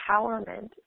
empowerment